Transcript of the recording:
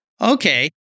Okay